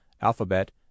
alphabet